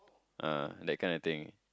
ah that kind of thing